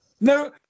No